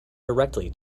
directly